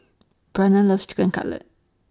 Bryana loves Chicken Cutlet